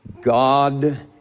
God